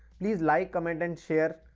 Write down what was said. please like, comment and share,